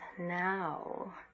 now